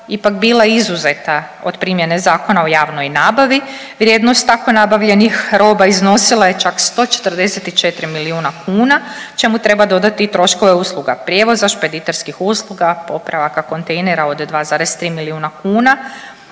ipak bila izuzeta od primjene Zakona o javnoj nabavi. Vrijednost tako nabavljenih roba iznosila je čak 144 milijuna kuna, čemu treba dodati i troškove usluga prijevoza, špediterskih usluga, popravaka kontejnera od 2,3 milijuna kuna.